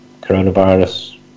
coronavirus